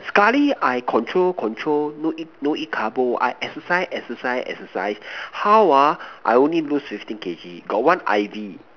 sekali I control control no eat no eat carbo I exercise exercise exercise how ah I only lose fifteen kg got one I V